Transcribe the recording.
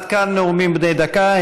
עד כאן נאומים בני דקה,